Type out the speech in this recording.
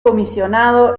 comisionado